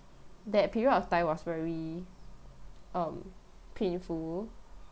that period of time was very um painful